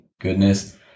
goodness